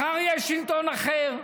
מחר יהיה שלטון אחר,